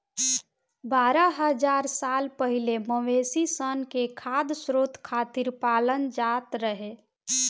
बारह हज़ार साल पहिले मवेशी सन के खाद्य स्रोत खातिर पालल जात रहे